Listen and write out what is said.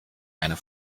einer